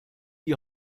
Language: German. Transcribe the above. die